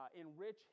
enrich